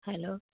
hello